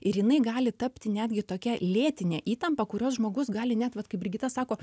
ir jinai gali tapti netgi tokia lėtinė įtampa kurios žmogus gali net vat kaip brigita sako